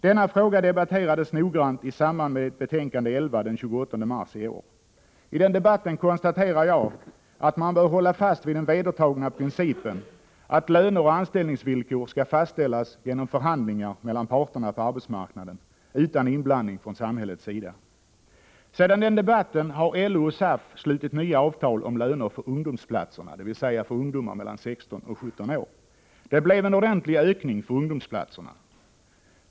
Denna fråga debatterades ingående i samband med behandlingen av arbetsmarknadsutskottets betänkande 11 den 28 mars i år. I den debatten konstaterade jag att man bör hålla fast vid den vedertagna principen att löner och anställningsvillkor skall fastställas genom förhandlingar mellan parterna på arbetsmarknaden utan inblandning från samhällets sida. Sedan den debatten har LO och SAF slutit nya avtal om löner för ungdomsplatserna, dvs. för ungdomar mellan 16 och 17 år. Det blev en ordentlig ökning för ungdomsplatserna.